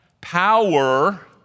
Power